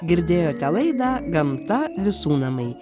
girdėjote laidą gamta visų namai